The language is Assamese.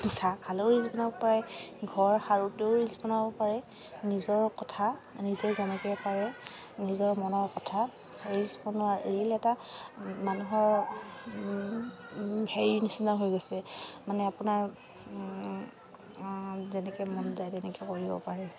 চাহ খালেও ৰীলচ বনাব পাৰে ঘৰ সাৰোতেও ৰীলচ বনাব পাৰে নিজৰ কথা নিজে যেনেকৈ পাৰে নিজৰ মনৰ কথা ৰীলচ বনোৱা ৰীল এটা মানুহৰ হেৰি নিচিনা হৈ গৈছে মানে আপোনাৰ যেনেকৈ মন যায় তেনেকৈ কৰিব পাৰে